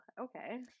Okay